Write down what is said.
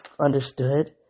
understood